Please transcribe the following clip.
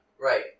Right